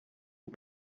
een